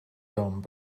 dumb